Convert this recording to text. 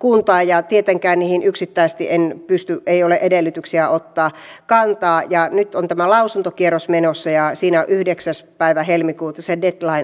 tarkoittaa että maaliskuun lopun jälkeen ei enää osteta junaliikennettä joensuunurmes tamperekeuruu jyväskylähaapamäkiseinäjoki välillä eikä joensuuvarkaus välillä joka katkaisee poikittaisliikenneyhteyden